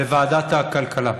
לוועדת הכלכלה.